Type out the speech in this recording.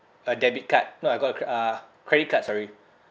a debit card no I got a c~ uh credit card sorry